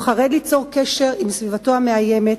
הוא חרד ליצור קשר עם סביבתו המאיימת,